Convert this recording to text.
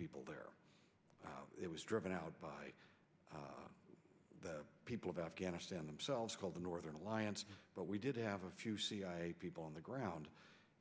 people there it was driven out by the people of afghanistan themselves called the northern alliance but we did have a few people on the ground